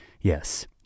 Yes